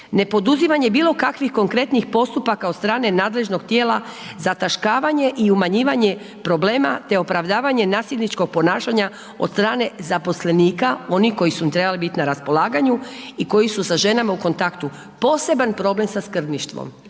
nepoduzimanje bilokakvih konkretnih postupaka od strane nadležnog tijela zataškavanje i umanjivanje problema te opravdavanje nasilničkog ponašanja od strane zaposlenika, oni koji su im trebali biti na raspolaganju i koji su sa ženama u kontaktu. Poseban problem sa skrbništvom,